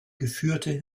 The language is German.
geführte